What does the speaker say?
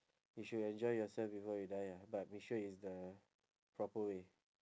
you should enjoy yourself before you die ah but make sure is the proper way